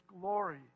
glory